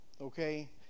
okay